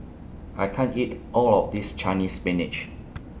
I can't eat All of This Chinese Spinach